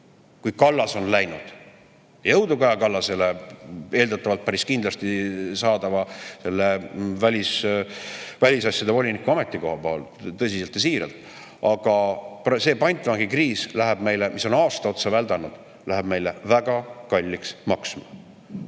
kui Kallas on läinud. Jõudu Kaja Kallasele eeldatavalt päris kindlasti saadaval välisasjade voliniku ametikohal, tõsiselt ja siiralt! Aga see pantvangikriis, mis on aasta otsa väldanud, läheb meile väga kalliks maksma